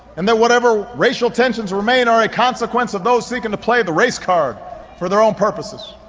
and that whatever racial tensions remain are a consequence of those seeking to play the race card for their own purposes.